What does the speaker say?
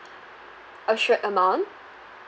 assured amount